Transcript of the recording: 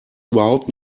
überhaupt